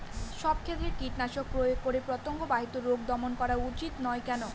সব ক্ষেত্রে কীটনাশক প্রয়োগ করে পতঙ্গ বাহিত রোগ দমন করা উচিৎ নয় কেন?